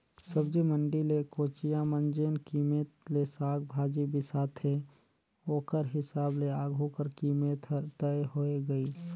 सब्जी मंडी ले कोचिया मन जेन कीमेत ले साग भाजी बिसाथे ओकर हिसाब ले आघु कर कीमेत हर तय होए गइस